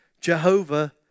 Jehovah